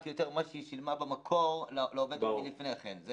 יותר ממה שהיא שילמה במקור לעובד לפני כן.